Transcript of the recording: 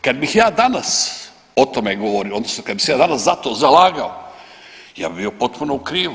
Kad bih ja danas o tome govorio, odnosno kad bi se ja danas za to zalagao ja bih bio potpuno u krivu.